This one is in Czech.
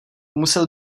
musil